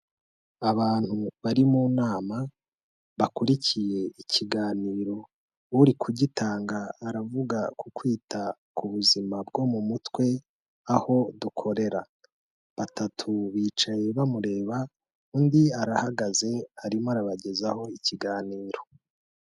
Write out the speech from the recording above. Abantu bari mu nama bakurikiye ikiganiro, uri kugitanga aravuga ku kwita ku buzima bwo mu mutwe aho dukorera, batatu bicaye bamureba, undi arahagaze arimo arabagezaho ikiganiro.